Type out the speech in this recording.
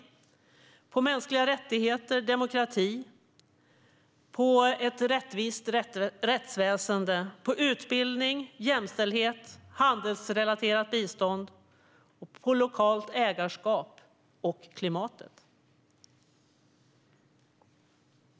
Det ska fokusera på mänskliga rättigheter, demokrati, ett rättvist rättsväsen, utbildning, jämställdhet, handelsrelaterat bistånd, lokalt ägarskap och klimatet.